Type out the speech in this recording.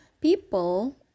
people